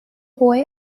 boy